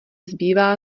zbývá